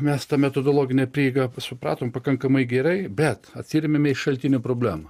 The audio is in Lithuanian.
mes tą metodologinę prieigą supratom pakankamai gerai bet atsiremiame į šaltinių problemą